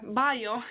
bio